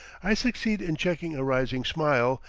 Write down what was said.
i succeed in checking a rising smile,